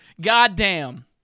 Goddamn